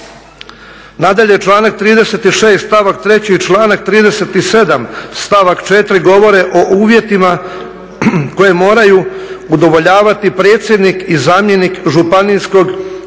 Nadalje, članak 36. stavak 3., članak 37. stavak 4. govore o uvjetima koje moraju udovoljavati predsjednik i zamjenik Županijskog državnog